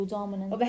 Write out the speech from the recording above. dominant